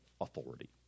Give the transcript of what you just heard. authority